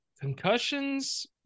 concussions